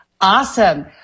Awesome